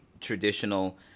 traditional